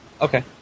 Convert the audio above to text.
Okay